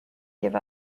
give